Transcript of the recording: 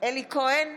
אלי כהן,